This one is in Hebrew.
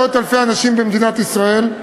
מאות-אלפי אנשים במדינת ישראל.